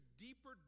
deeper